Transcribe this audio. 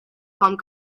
pan